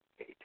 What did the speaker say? eight